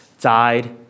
died